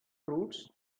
fruits